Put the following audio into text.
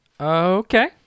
Okay